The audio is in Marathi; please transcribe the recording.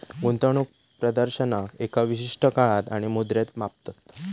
गुंतवणूक प्रदर्शनाक एका विशिष्ट काळात आणि मुद्रेत मापतत